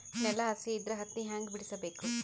ನೆಲ ಹಸಿ ಇದ್ರ ಹತ್ತಿ ಹ್ಯಾಂಗ ಬಿಡಿಸಬೇಕು?